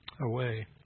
away